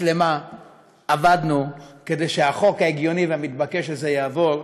שלמה עבדנו כדי שהחוק ההגיוני והמתבקש הזה יעבור,